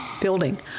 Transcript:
building